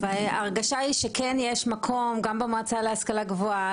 וההרגשה היא שכן יש מקום לדיון על זה גם במועצה להשכלה גבוה,